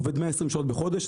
עובד 120 שעות בחודש.